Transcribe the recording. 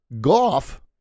Golf